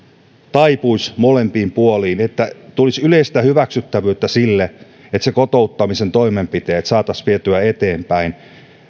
taipuisivat molempiin puoliin ja että tulisi yleistä hyväksyttävyyttä sille että kotouttamisen toimenpiteitä saataisiin vietyä eteenpäin